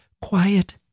quiet